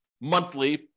monthly